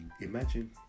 imagine